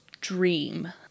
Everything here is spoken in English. dream